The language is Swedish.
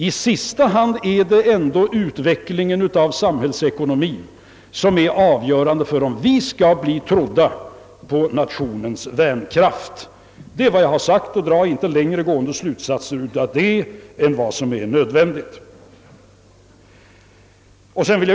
I sista hand är ju utvecklingen av samhällsekonomien avgörande för om vi skall kunna vinna tilltro för nationens bärkraft. — Detta är vad jag sagt, och dra inte längre gående slutsatser av det än vad som är nödvändigt.